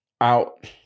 out